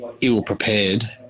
ill-prepared